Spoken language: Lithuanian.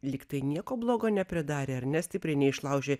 lyg tai nieko blogo nepridarė ar ne stipriai neišlaužė